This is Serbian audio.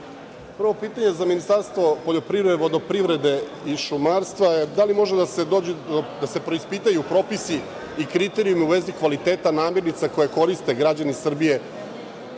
pitanje za Ministarstvo poljoprivrede, vodoprivrede i šumarstva je da li mogu da se preispitaju propisi i kriterijumi u vezi kvaliteta namirnica koje koriste građani Srbije,